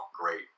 great